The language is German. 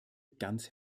ganz